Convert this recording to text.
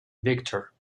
victor